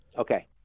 Okay